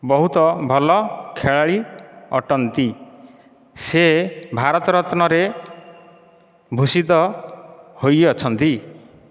ବହୁତ ଭଲ ଖେଳାଳି ଅଟନ୍ତି ସେ ଭାରତରତ୍ନରେ ଭୂଷିତ ହୋଇଅଛନ୍ତି